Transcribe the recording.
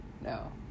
No